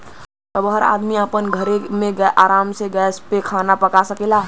अब हर आदमी आपन घरे मे आराम से गैस पे खाना पका सकला